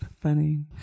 Funny